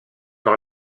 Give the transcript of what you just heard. par